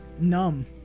numb